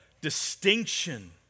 distinction